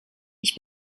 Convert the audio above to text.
ich